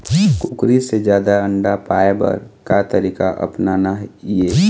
कुकरी से जादा अंडा पाय बर का तरीका अपनाना ये?